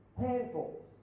handfuls